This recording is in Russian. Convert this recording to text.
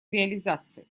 реализации